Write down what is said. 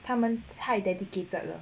他们太 dedicated 了